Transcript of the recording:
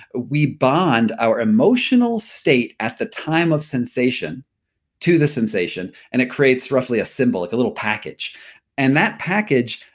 we bond our emotional state at the time of sensation to the sensation and it creates roughly a symbol like a little package and that package,